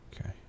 Okay